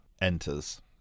enters